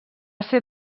ser